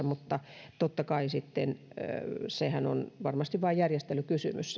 mutta totta kai se rahoitus sinne on varmasti vain järjestelykysymys